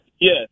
yes